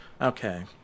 Okay